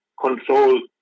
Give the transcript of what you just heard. control